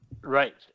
Right